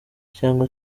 cyangwa